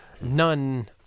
none